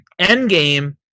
Endgame